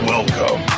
Welcome